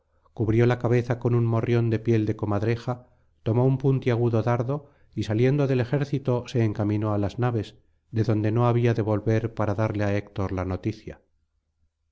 cubrió la cabeza con un morrión de piel de comadreja tomó un puntiagudo dardo y saliendo del ejército se encaminó á las naves de donde no había de volver para darle á héctor la noticia